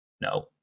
no